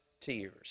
tears